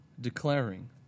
declaring